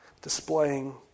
displaying